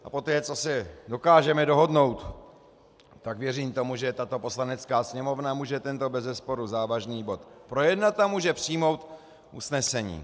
A poté, co se dokážeme dohodnout, tak věřím tomu, že tato Poslanecká sněmovna může tento bezesporu závažný bod projednat a může přijmout usnesení.